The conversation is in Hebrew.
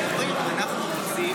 הם אומרים שאנחנו רוצים